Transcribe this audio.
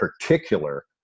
particular